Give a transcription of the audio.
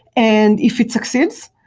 and if it succeeds,